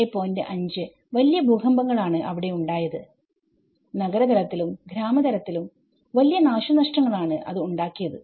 5 വലിയ ഭൂകമ്പങ്ങൾ ആണ് അവിടെ ഉണ്ടായത് നഗര തലത്തിലും ഗ്രാമ തലത്തിലും വലിയ നാശനഷ്ടങ്ങൾ ആണ് അത് ഉണ്ടാക്കിയത്